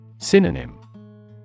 Synonym